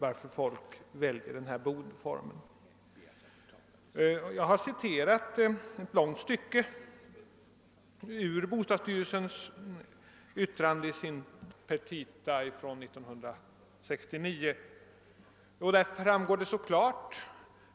Jag citerade tidigare ett långt stycke ur bostadsstyrelsens petita från 1969, varav klart framgår att styrelsen